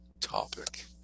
topic